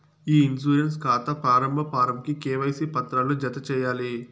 ఇ insurance కాతా ప్రారంబ form కి కేవైసీ పత్రాలు జత చేయాలి